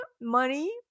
money